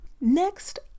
Next